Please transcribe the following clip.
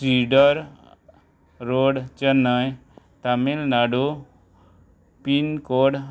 cider road Chennai Tamil Nadu pin code